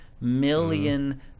million